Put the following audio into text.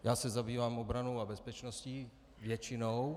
Já se zabývám obranou a bezpečností, většinou.